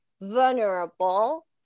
vulnerable